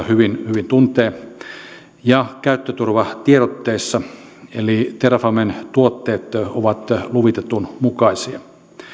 hyvin tuntee ja käyttöturvatiedotteissa eli terrafamen tuotteet ovat luvitetun mukaisia